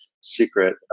secret